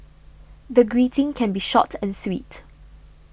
the greeting can be short and sweet